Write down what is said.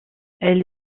elle